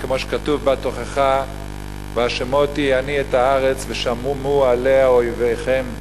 כמו שכתוב בתוכחה: "והשִמֹתי אני את הארץ ושממו עליה אֹיביכם".